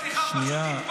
שנייה, שנייה, שנייה.